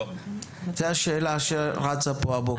זו השאלה שרצה פה הבוקר.